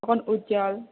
অকণমান উজ্জল